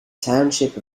township